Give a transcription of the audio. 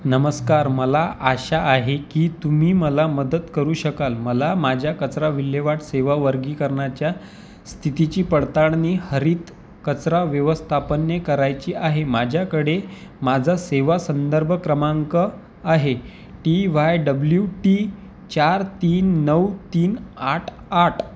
नमस्कार मला आशा आहे की तुम्ही मला मदत करू शकाल मला माझ्या कचरा विल्हेवाट सेवा वर्गीकरणाच्या स्थितीची पडताळणी हरित कचरा व्यवस्थापन ने करायची आहे माझ्याकडे माझा सेवा संदर्भ क्रमांक आहे टी वाय डब्ल्यू टी चार तीन नऊ तीन आठ आठ